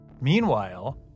Meanwhile